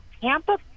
Tampa